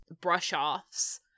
brush-offs